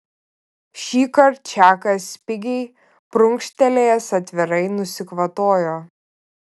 šįkart čakas spigiai prunkštelėjęs atvirai nusikvatojo